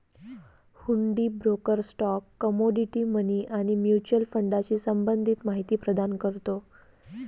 हुंडी broker stock, commodity, money आणि mutual फंडाशी संबंधित माहिती प्रदान करतो